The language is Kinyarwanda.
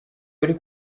wari